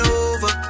over